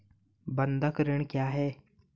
बंधक ऋण क्या है?